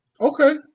Okay